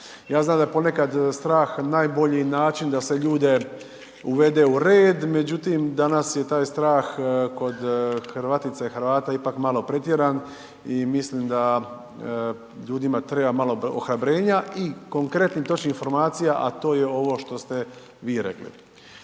Ja znam da je ponekad strah najbolji način da se ljude uvede u red, međutim danas je taj strah kod Hrvatica i Hrvata ipak malo pretjeran i mislim da ljudima treba malo ohrabrenja i konkretnih i točnih informacija, a to je ovo što ste vi rekli.